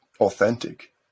authentic